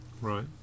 Right